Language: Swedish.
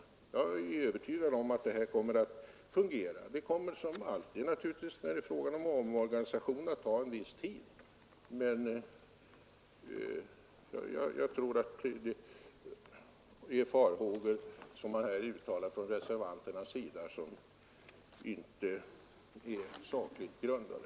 Jag är övertygad om att den nya ordningen kommer att fungera bra. Det kommer naturligtvis som alltid när det är fråga om en omorganisation att ta en viss tid, men jag tror inte att de farhågor som här uttalats från reservanterna är sakligt grundade.